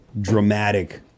dramatic